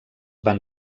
van